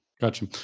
Gotcha